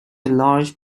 large